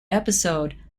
episode